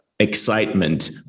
excitement